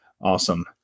Awesome